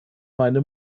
meine